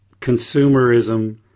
consumerism